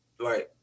Right